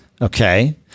Okay